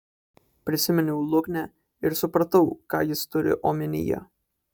prisiminiau luknę ir supratau ką jis turi omenyje